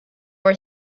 were